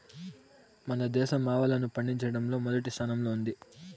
మన దేశం ఆవాలను పండిచటంలో మొదటి స్థానం లో ఉంది